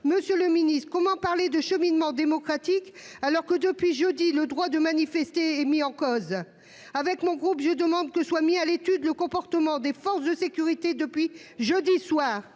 Monsieur le ministre, comment parler de cheminement démocratique, alors que, depuis jeudi, le droit de manifester est mis en cause ? Le groupe CRCE demande que soit mis à l'étude le comportement des forces de sécurité depuis jeudi soir.